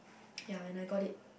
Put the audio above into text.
ya and I got it